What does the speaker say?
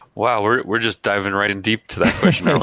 wow! we're we're just driving right in deep to that question now.